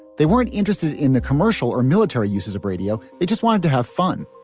they weren't interested in the commercial or military uses of radio. they just wanted to have fun